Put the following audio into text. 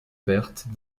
pertes